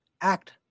act